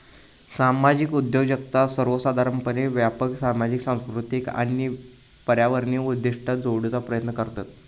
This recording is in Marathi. सामाजिक उद्योजकता सर्वोसाधारणपणे व्यापक सामाजिक, सांस्कृतिक आणि पर्यावरणीय उद्दिष्टा जोडूचा प्रयत्न करतत